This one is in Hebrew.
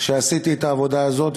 שעשיתי את העבודה הזאת,